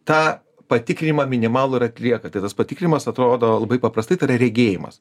tą patikrinimą minimalų ir atlieka tai tas patikrinimas atrodo labai paprastai tai yra regėjimas